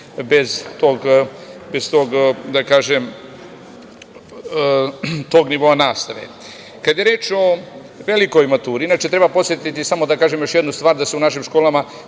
deca ostati bez tog nivoa nastave. Kada je reč o velikoj maturi, inače, treba podsetiti, samo da kažem još jednu stvar, da se u našim školama